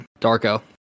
darko